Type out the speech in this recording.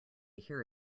hear